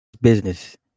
business